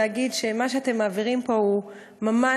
להגיד שמה שאתם מעבירים פה הוא ממש,